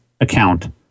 account